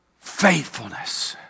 Faithfulness